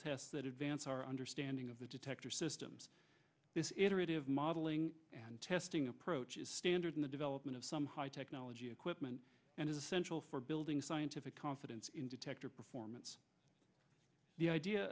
tests that advance our understanding of the detector systems this iterative modeling and testing approach is standard in the development of some high technology equipment and is essential for building scientific confidence in detector